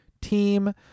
team